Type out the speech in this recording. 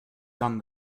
done